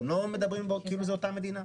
הם לא מדברים כאילו זו אותה מדינה.